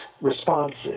responses